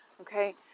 okay